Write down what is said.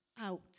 out